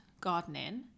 gardening